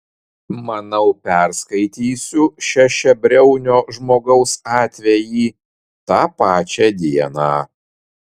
manau perskaitysiu šešiabriaunio žmogaus atvejį tą pačią dieną